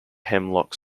hemlock